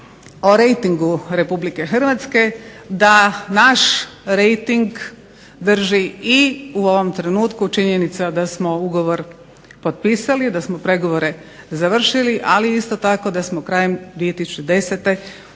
o rejtingu Republike Hrvatske da naš rejting drži u ovom trenutku činjenica da smo pregovore završili ali isto tako da smo krajem 2010.